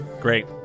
Great